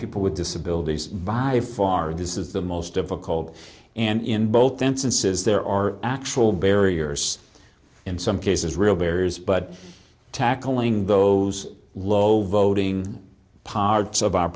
people with disabilities by far this is the most of a cold and in both instances there are actual barriers in some cases real barriers but tackling those low voting parts of our